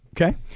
Okay